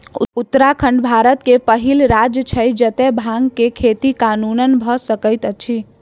उत्तराखंड भारत के पहिल राज्य छै जतअ भांग के खेती कानूनन भअ सकैत अछि